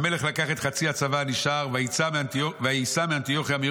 והמלך לקח את חצי הצבא הנשאר וייסע מאנטיוכיה עיר